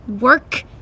Work